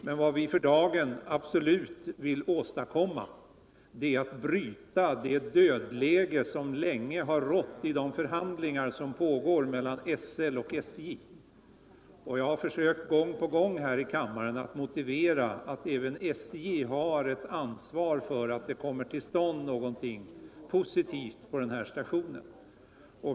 Men vad vi för dagen absolut vill åstadkomma är en brytning av det dödläge som sedan länge har rått i de förhandlingar som pågår mellan SL och SJ. Jag har gång på gång här i kammaren försökt motivera att även SJ har ett ansvar för att vi kommer till ett positivt resultat när det gäller denna station.